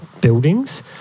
buildings